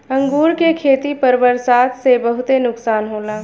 अंगूर के खेती पर बरसात से बहुते नुकसान होला